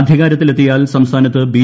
അധികാരത്തിലെത്തിയാൽ സംസ്ഥാനത്ത് ബി